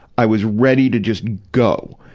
i was ready to just go.